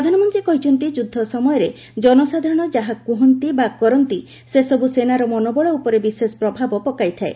ପ୍ରଧାନମନ୍ତ୍ରୀ କହିଛନ୍ତି ଯୁଦ୍ଧ ସମୟରେ ଜନସାଧାରଣ ଯାହା କୁହନ୍ତି ବା କରନ୍ତି ସେସବୃ ସେନାର ମନୋବଳ ଉପରେ ବିଶେଷ ପ୍ରଭାବ ପକାଇଥାଏ